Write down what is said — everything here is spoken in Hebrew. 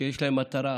שיש להם מטרה אחת: